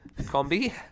combi